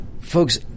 Folks